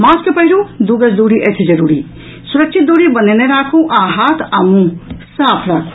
mask पहिरू दू गज दूरी अछि जरूरी सुरक्षित दूरी बनौने राखू आ हाथ आ मुंह साफ राखू